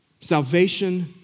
Salvation